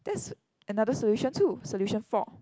that's another solution too solution four